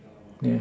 yes